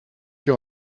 you